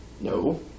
No